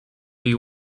that